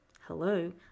hello